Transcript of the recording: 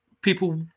people